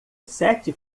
sete